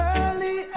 early